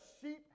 sheep